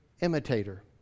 imitator